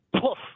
poof